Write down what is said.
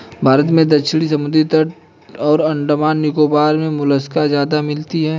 भारत में दक्षिणी समुद्री तट और अंडमान निकोबार मे मोलस्का ज्यादा मिलती है